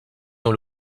dans